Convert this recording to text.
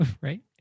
right